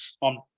on